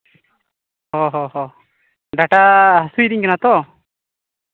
ᱦᱚᱸ ᱦᱚᱸ ᱰᱟᱴᱟ ᱦᱟᱹᱥᱩᱭᱮᱫᱤᱧᱟ ᱛᱚ